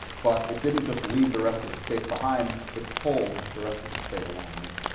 but it didn't just leave the rest of the state behind, it pulled the rest of the state along with it.